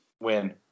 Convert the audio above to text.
win